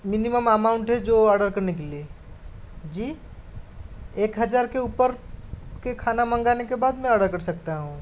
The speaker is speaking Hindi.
मिनिमम अमाउंट है जो आर्डर करने के लिए जी एक हज़ार के ऊपर का खाना मंगाने के बाद में ऑर्डर कर सकता हूँ